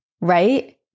right